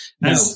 no